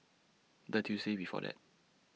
The Tuesday before that